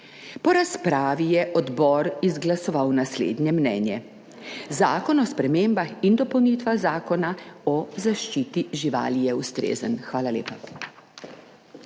Po razpravi je odbor izglasoval naslednje mnenje: Zakon o spremembah in dopolnitvah Zakona o zaščiti živali je ustrezen. Hvala lepa.